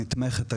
נתמכת,